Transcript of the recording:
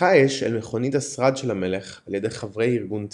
נפתחה אש אל מכונית השרד של המלך על ידי חברי ארגון טרור.